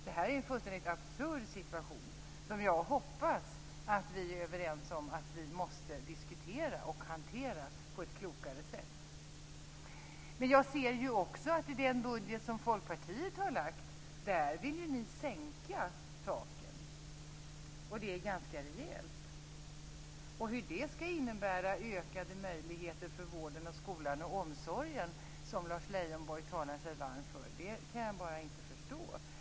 Det här är en fullständigt absurd situation, och jag hoppas att vi är överens om att vi måste diskutera och hantera den på ett klokare sätt. Men jag ser också att Folkpartiet i den budget man har lagt fram vill sänka taken, och det ganska rejält. Hur det skall innebära ökade möjligheter för vården, skolan och omsorgen, som Lars Leijonborg talar sig varm för, kan jag bara inte förstå.